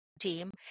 team